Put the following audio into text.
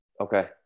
Okay